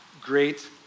great